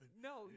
No